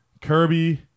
Kirby